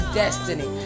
destiny